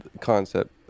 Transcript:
concept